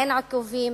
אין עיכובים,